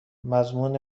مضمون